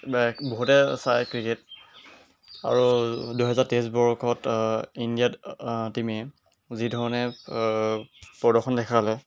বহুতে চায় ক্ৰিকেট আৰু দুহেজাৰ তেইছ বৰ্ষত ইণ্ডিয়াত টিমে যিধৰণে প্ৰদৰ্শন দেখালে